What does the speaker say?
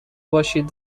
باشید